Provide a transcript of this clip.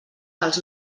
dels